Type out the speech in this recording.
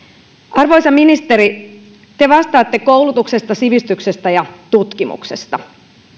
arvoisa ministeri te vastaatte koulutuksesta sivistyksestä ja tutkimuksesta